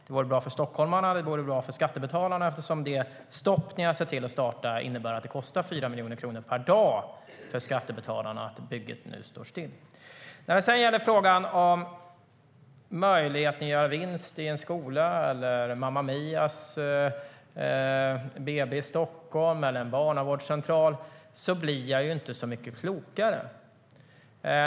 Det vore bra för stockholmarna och skattebetalarna eftersom det stopp ni har sett till att starta innebär att det kostar 4 miljoner kronor per dag för skattebetalarna att bygget nu står still. När det sedan gäller frågan om möjligheten att göra vinst i en skola, Mamma Mias BB i Stockholm eller en barnavårdscentral blir jag inte så mycket klokare.